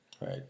Right